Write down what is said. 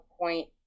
point